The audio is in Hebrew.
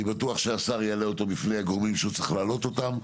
אני בטוח שהשר יעלה אותו בפני גורמים שהוא צריך להעלות אותם.